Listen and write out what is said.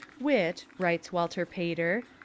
wit, writes walter pater,